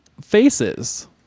faces